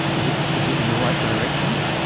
is it is it in the right direction?